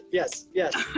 yes yes.